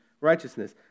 righteousness